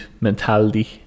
mentality